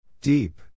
Deep